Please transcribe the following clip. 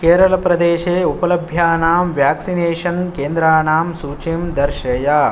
केरलप्रदेशे उपलभ्यानां व्याक्सिनेशन् केन्द्राणाम् सूचीं दर्शय